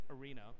arena